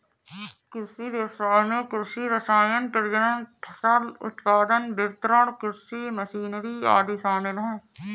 कृषि व्ययसाय में कृषि रसायन, प्रजनन, फसल उत्पादन, वितरण, कृषि मशीनरी आदि शामिल है